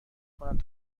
کنند